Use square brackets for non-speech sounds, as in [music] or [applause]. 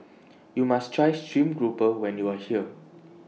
[noise] YOU must Try Stream Grouper when YOU Are here